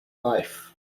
life